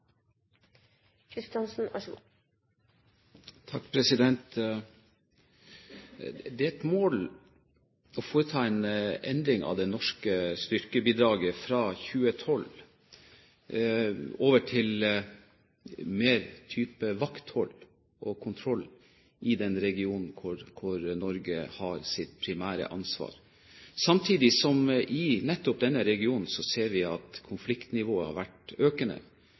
et mål å foreta en endring av det norske styrkebidraget fra 2012, over til mer type vakthold og kontroll i den regionen hvor Norge har sitt primære ansvar. Samtidig ser vi nettopp i denne regionen at konfliktnivået har vært økende